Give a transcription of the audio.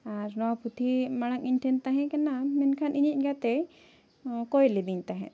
ᱟᱨ ᱱᱚᱣᱟ ᱯᱩᱛᱷᱤ ᱢᱟᱲᱟᱝ ᱤᱧᱴᱷᱮᱱ ᱛᱟᱦᱮᱸ ᱠᱟᱱᱟ ᱢᱮᱱᱠᱷᱟᱱ ᱤᱧᱤᱡ ᱜᱟᱛᱮᱭ ᱠᱚᱭ ᱞᱤᱫᱤᱧ ᱛᱟᱦᱮᱸᱫ